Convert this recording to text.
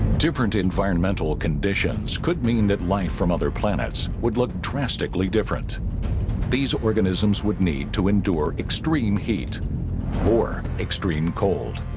different environmental conditions could mean that life from other planets would look drastically different these organisms would need to endure extreme heat or extreme cold